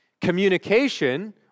communication